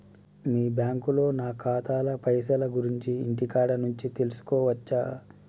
మీ బ్యాంకులో నా ఖాతాల పైసల గురించి ఇంటికాడ నుంచే తెలుసుకోవచ్చా?